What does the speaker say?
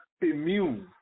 Immune